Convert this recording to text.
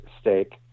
steak